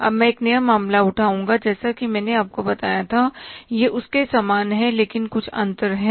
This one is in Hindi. अब मैं एक नया मामला उठाऊंगा जैसा कि मैंने आपको बताया था यह उस के समान है लेकिन कुछ अंतर हैं